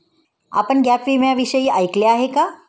आपण गॅप विम्याविषयी ऐकले आहे का?